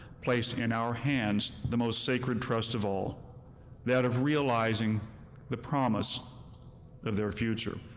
placed in our hands the most sacred trust of all that of realizing the promise of their future.